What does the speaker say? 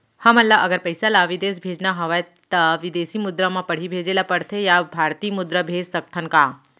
हमन ला अगर पइसा ला विदेश म भेजना हवय त विदेशी मुद्रा म पड़ही भेजे ला पड़थे या भारतीय मुद्रा भेज सकथन का?